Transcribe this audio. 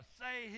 say